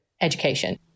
education